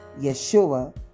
Yeshua